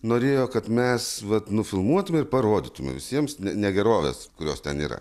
norėjo kad mes vat nufilmuotume ir parodytume visiems ne negeroves kurios ten yra